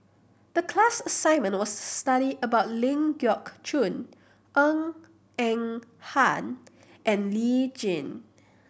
the class assignment was study about Ling Geok Choon Ng Eng Hen and Lee Tjin